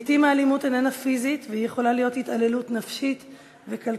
לעתים האלימות איננה פיזית והיא יכולה להיות התעללות נפשית וכלכלית.